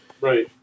right